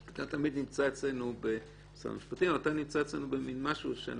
ואתה תמיד נמצא אצלנו במין משהו שאני